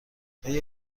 آیا